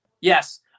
Yes